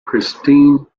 kristine